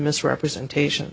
misrepresentation